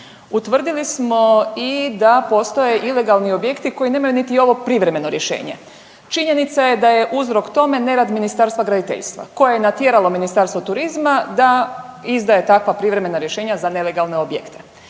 Utvrdili smo i da postoje ilegalni objekti koji nemaju niti ovo privremeno rješenje. Činjenica je da je uzrok tome nerad Ministarstva graditeljstva koje je natjeralo Ministarstvo turizma da izdaje takva privremena rješenja za nelegalne objekte.